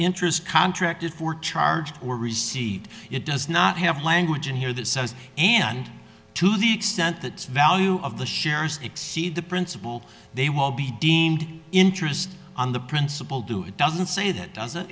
interest contracted for charge or receipt it does not have language in here that says and to the extent that value of the shares exceed the principal they will be deemed interest on the principle do it doesn't say that doesn't